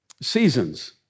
Seasons